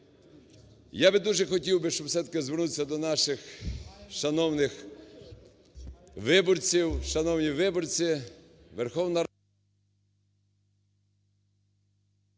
Я би дуже хотів би, щоби все-таки звернутися до наших шановних виборців.